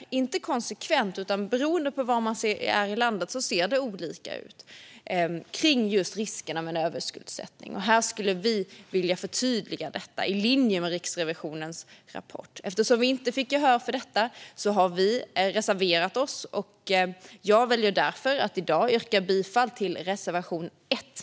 Detta sker inte konsekvent, utan beroende på var man är i landet ser det olika ut när det gäller riskerna med överskuldsättning. Vi skulle vilja att detta förtydligas i linje med Riksrevisionens rapport. Eftersom vi inte fick gehör för detta har vi reserverat oss, och jag väljer därför att i dag yrka bifall till reservation 1.